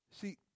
See